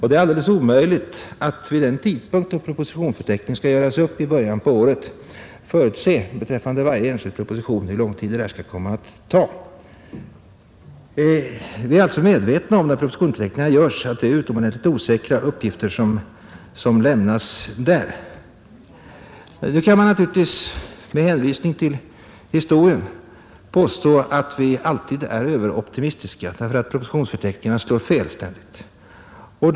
Det är alldeles omöjligt vid den tidpunkt i början av året, då propositionsförteckningen skall göras upp, förutse beträffande varje enskild proposition hur lång tid detta kan komma att ta. Vi är alltså, när propositionsförteckningarna görs, medvetna om att det är utomordentligt osäkra uppgifter som lämnas. Nu kan man naturligtvis med hänvisning till historien påstå att vi alltid är Ööveroptimistiska; propositionsförteckningarna slår ständigt fel.